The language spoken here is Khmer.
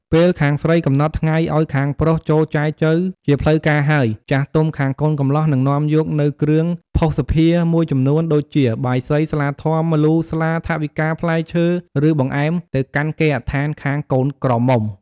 ពេលខាងស្រីកំណត់ថ្ងៃឲ្យខាងប្រុសចូលចែចូវជាផ្លូវការហើយ ចាស់ទុំខាងកូនកំលោះនឹងនាំយកនូវគ្រឿងភស្តុភារមួយចំនួន ដូចជា បាយសី ស្លាធម៌ ម្លូ ស្លា ថវិកា ផ្លែឈើ ឬ បង្អែម ទៅកាន់គេហដ្ឋានខាងកូនក្រមុំ។